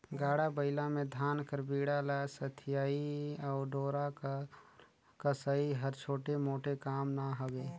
गाड़ा बइला मे धान कर बीड़ा ल सथियई अउ डोरा कर कसई हर छोटे मोटे काम ना हवे